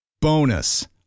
Bonus